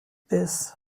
this